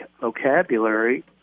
vocabulary